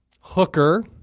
hooker